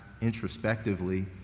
introspectively